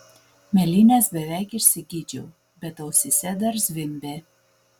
mėlynes beveik išsigydžiau bet ausyse dar zvimbė